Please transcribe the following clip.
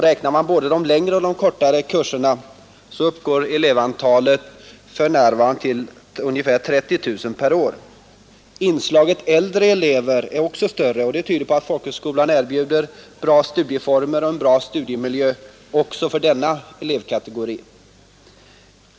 Räknar man med både de längre och kortare kurserna så uppgår elevantalet för närvarande till ungefär 30 000 per år. Inslaget äldre elever är också större, och det tyder på att folkhögskolan erbjuder bra studieformer och bra studiemiljö också för denna kategori.